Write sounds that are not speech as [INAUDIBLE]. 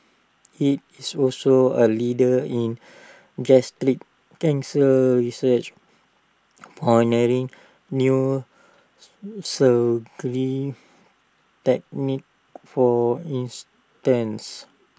IT is also A leader in [UNINTELLIGIBLE] cancer research [UNINTELLIGIBLE] new so cleave techniques for instance